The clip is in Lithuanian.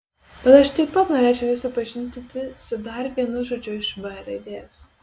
bet aš taip pat norėčiau jus supažindinti su dar vienu žodžiu iš v raidės